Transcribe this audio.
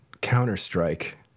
Counter-Strike